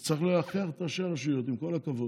אז צריך להכריח את ראשי הרשויות, עם כל הכבוד,